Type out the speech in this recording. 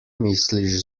misliš